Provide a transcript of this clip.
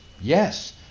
yes